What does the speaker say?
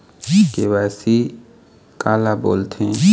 KYC काला बोलथें?